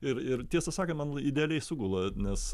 ir ir tiesą sakant man idealiai sugula nes